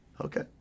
Okay